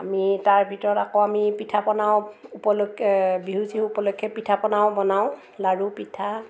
আমি তাৰ ভিতৰত আকৌ আমি পিঠা পনাও বিহু চিহু উপলক্ষে পিঠা পনাও বনাওঁ লাড়ু পিঠা